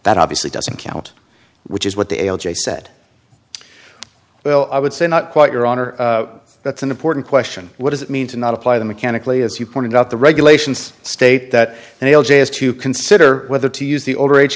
that obviously doesn't count which is what the l j said well i would say not quite your honor that's an important question what does it mean to not apply the mechanically as you pointed out the regulations state that an l j has to consider whether to use the older age